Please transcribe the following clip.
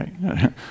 right